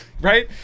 right